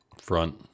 front